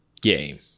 game